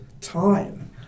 time